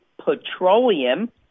Petroleum